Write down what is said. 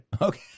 Okay